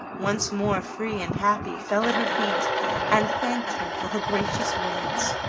once more free and happy, fell at her feet and thanked her for her gracious words.